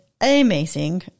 amazing